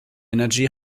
energy